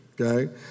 okay